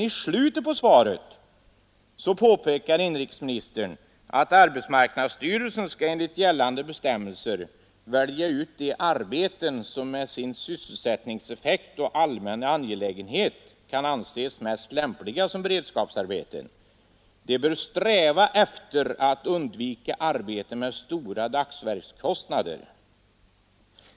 I slutet av svaret påpekar inrikesministern emellertid: ”Arbetsmarknadsverket skall enligt gällande bestämmelser välja ut de arbeten som med hänsyn till sin sysselsättningseffekt och allmänna angelägenhet kan anses mest lämpliga som beredskapsarbeten.” Vidare säger han att styrelsen bör ”sträva efter att undvika arbeten med stora dagsverkskostnader”.